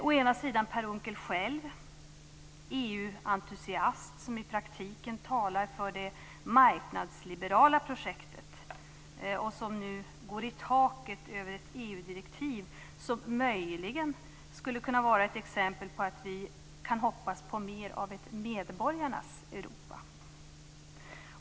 Å ena sidan har vi Per Unckel själv, EU-entusiast som i praktiken talar för det marknadsliberala projektet, som nu går i taket över ett EU-direktiv som möjligen skulle kunna vara ett exempel på att vi kan hoppas på mer av ett medborgarnas Europa.